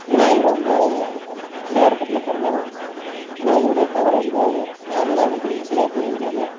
விநாயகர் வந்து பிள்ளையார் பட்டியில பிறந்தாலும் விநாயகருடைய பவர் வந்து யார் எல்லாருக்கும் தெரியும் தெரியாதது ஒன்றும் கிடையாது